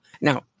Now